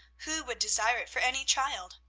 who would desire it for any child?